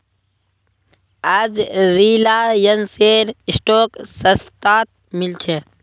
आज रिलायंसेर स्टॉक सस्तात मिल छ